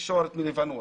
תקשורת מלבנון,